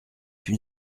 une